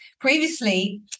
Previously